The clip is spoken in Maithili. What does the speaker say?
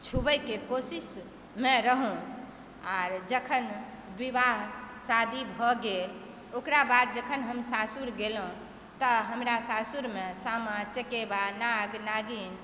छूबए के कोशिशमे रहु आर जखन विवाह शादी भऽ गेल ओकरा बाद जखन हम सासुर गेलहुँ तऽ हमरा सासुरमे सामा चकेवा नाग नागिन